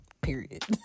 Period